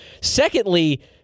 Secondly